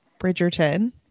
Bridgerton